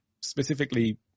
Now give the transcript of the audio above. specifically